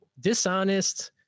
dishonest